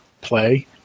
play